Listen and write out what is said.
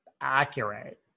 accurate